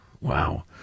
Wow